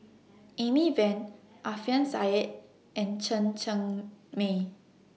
Amy Van Alfian Saly and Chen Cheng Mei